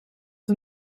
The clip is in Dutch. hem